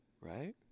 Right